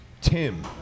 tim